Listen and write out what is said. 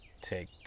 take